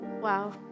Wow